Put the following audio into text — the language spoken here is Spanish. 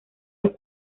los